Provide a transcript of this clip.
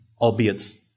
albeit